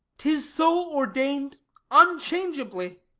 tis so ordained unchangeably.